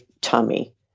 tummy